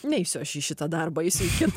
neisiu aš į šitą darbą eisiu į kitą